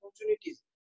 opportunities